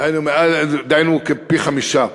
דהיינו כפי-חמישה.